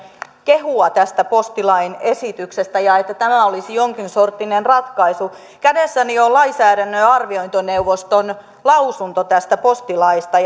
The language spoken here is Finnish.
kehua tästä postilain esityksestä että tämä olisi jonkinsorttinen ratkaisu kädessäni on lainsäädännön arviointineuvoston lausunto tästä postilaista